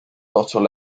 portent